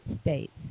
States